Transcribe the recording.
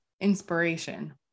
inspiration